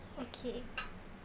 okay